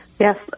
Yes